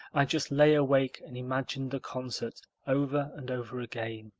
i just lay awake and imagined the concert over and over again.